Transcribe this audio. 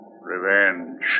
revenge